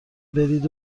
برید